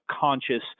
conscious